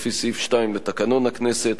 לפי סעיף 2 לתקנון הכנסת,